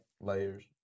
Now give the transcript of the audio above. layers